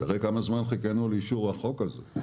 תראה כמה זמן חיכינו לאישור החוק הזה.